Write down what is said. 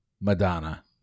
Madonna